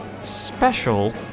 special